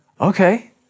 Okay